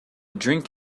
drink